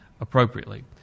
appropriately